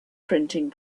printing